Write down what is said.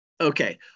Okay